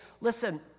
Listen